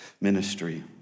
ministry